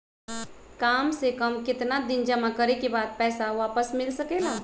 काम से कम केतना दिन जमा करें बे बाद पैसा वापस मिल सकेला?